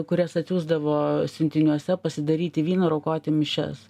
kurias atsiųsdavo siuntiniuose pasidaryti vyno ir aukoti mišias